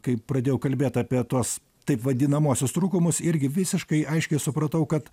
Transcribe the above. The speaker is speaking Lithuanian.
kai pradėjau kalbėt apie tuos taip vadinamuosius trūkumus irgi visiškai aiškiai supratau kad